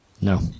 No